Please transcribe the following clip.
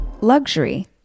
Luxury